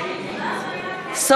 (קוראת בשמות חברי הכנסת) ציפי לבני,